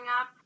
up